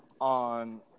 on